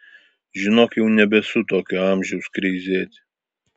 žinok jau nebesu tokio amžiaus kreizėti